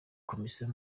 komisiyo